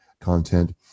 content